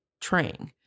Trang